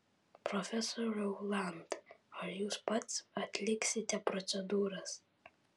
profesoriau land ar jūs pats atliksite procedūras